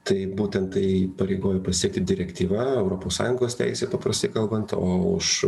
tai būtent tai įpareigoja pasiekti direktyva europos sąjungos teisė paprastai kalbant o už